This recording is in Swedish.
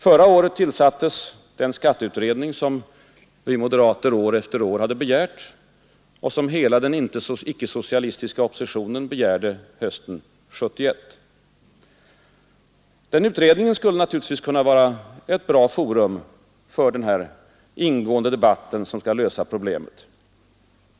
Förra året tillsattes den skatteutredning som vi moderater år efter år hade begärt och som hela den icke-socialistiska oppositionen begärde hösten 1971. Den utredningen skulle naturligtvis kunna vara ett bra forum för den här ingående debatten, som skall lösa problemet.